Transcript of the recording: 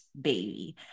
baby